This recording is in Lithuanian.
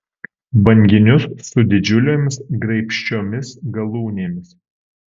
banginius su didžiulėmis graibščiomis galūnėmis